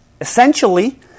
essentially